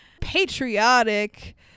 patriotic